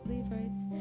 Levites